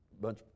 bunch